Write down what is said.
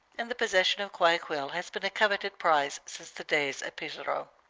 and the possession of guayaquil has been a coveted prize since the days of pizarro.